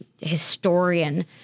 historian